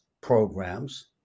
programs